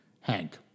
Hank